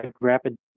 rapid